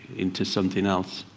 into something else.